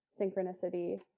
synchronicity